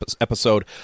episode